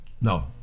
No